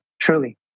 truly